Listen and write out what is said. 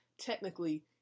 technically